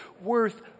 worth